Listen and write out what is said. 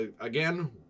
again